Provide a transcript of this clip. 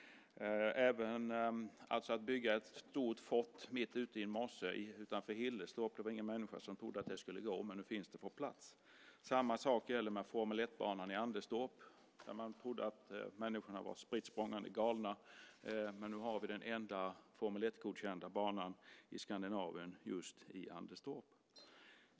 Att bygga ett stort fort mitt ute i en mosse utanför Hillerstorp trodde ingen människa skulle gå, men nu finns det på plats. Samma sak gäller formel 1-banan i Anderstorp, där man trodde att människor var spritt språngande galna, men nu har vi den enda formel 1-godkända banan i Skandinavien just i Anderstorp.